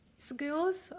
skills,